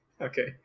Okay